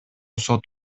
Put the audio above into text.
сот